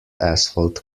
asphalt